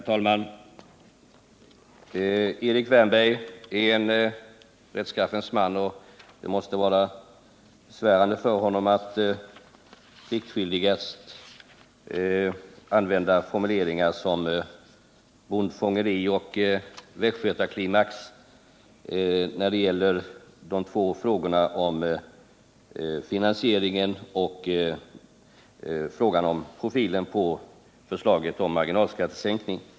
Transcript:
Herr talman! Erik Wärnberg är en rättskaffens man, och det måste vara besvärande för honom att pliktskyldigast använda formuleringar som bondfångeri och västgötaklimax när det gäller de två frågorna om finansieringen av och profilen på förslaget om marginalskattesänkning.